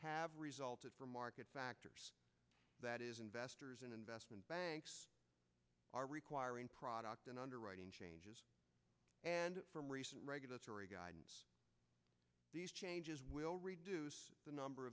have resulted from market factors that is investors and investment banks are requiring product and underwriting changes and from recent regulatory changes will reduce the number